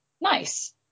Nice